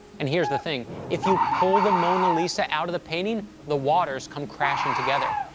and here's the thing. if you pull the mona lisa out of the painting, the waters come crashing together.